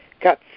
got